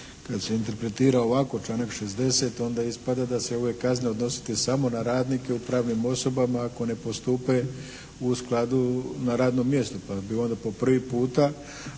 Kad se interpretira ovako članak 60. onda ispada da se ove kazne odnose samo na radnike u pravnim osobama ako ne postupe u skladu na radnom mjestu, pa bi onda po prvi puta